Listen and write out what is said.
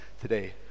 today